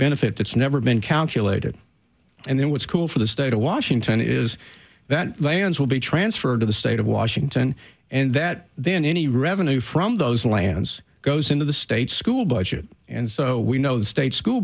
benefit that's never been counted and then what's cool for the state of washington is that lands will be transferred to the state of washington and that then any revenue from those lands goes into the state school budget and so we know the state school